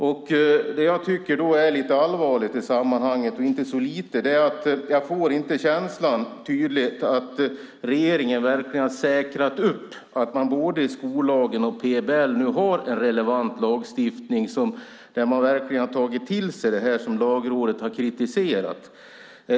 Vad jag tycker är lite allvarligt i sammanhanget - ja, faktiskt inte så lite allvarligt - är att jag inte får en tydlig känsla av att regeringen verkligen har säkrat upp så att man i både skollagen och PBL har relevant lagstiftning där man verkligen har tagit till sig Lagrådets kritik.